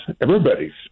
everybody's